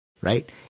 Right